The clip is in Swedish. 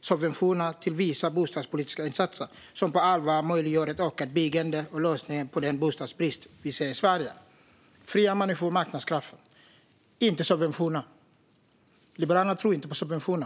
subventioner till vissa bostadspolitiska insatser, som på allvar möjliggör ett ökat bostadsbyggande och lösningar på den bostadsbrist vi ser i dag." Man talar om fria människor, marknadskrafter - inte subventioner. Liberalerna tror inte på subventioner.